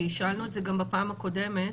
שאלנו את זה גם בפעם הקודמת,